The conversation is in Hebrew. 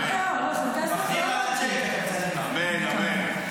מה קרה --- אמן, אמן.